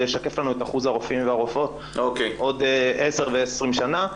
זה ישקף לנו את אחוז הרופאים והרופאות עוד עשר ו-20 שנה,